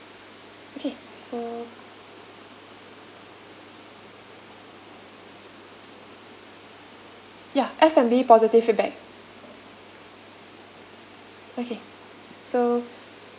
okay so ya F&B positive feedback okay so